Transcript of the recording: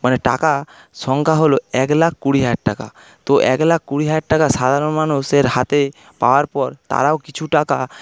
মানে টাকার সংখ্যা হল এক লাখ কুড়ি হাজার টাকা তো এক লাখ কুড়ি হাজার টাকা সাধারণ মানুষের হাতে পাওয়ার পর তারাও কিছু টাকা